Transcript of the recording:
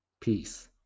peace